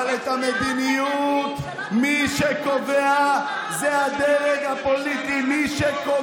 אבל את המדיניות מי שקובע זה הדרג הפוליטי.